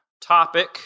topic